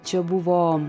čia buvo